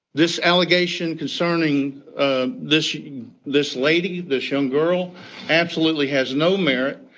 this allegation concerning ah this this lady, this young girl absolutely has no merit.